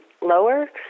lower